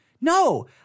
no